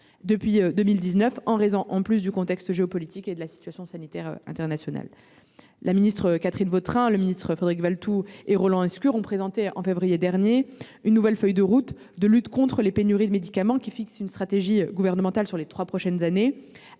depuis 2019 en raison du contexte géopolitique et sanitaire international. Les ministres Catherine Vautrin, Frédéric Valletoux et Roland Lescure ont donc présenté en février dernier une nouvelle feuille de route destinée à lutter contre les pénuries de médicaments, qui fixe la stratégie gouvernementale des trois prochaines années.